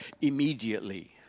immediately